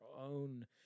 own